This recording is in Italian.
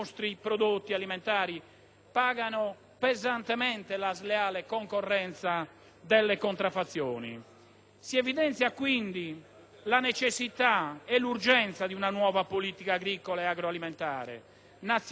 pagano pesantemente la sleale concorrenza delle contraffazioni. Si evidenzia quindi la necessità e l'urgenza di una nuova politica agricola e agroalimentare nazionale e comunitaria,